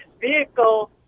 vehicle